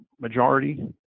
majority